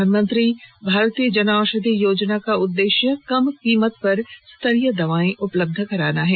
प्रधानमंत्री भारतीय जन औषधि योजना का उद्देश्य कम कीमत पर स्तरीय दवाएं उपलब्ध कराना है